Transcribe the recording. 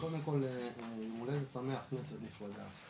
קודם כל יום הולדת שמח, כנסת נכבדה.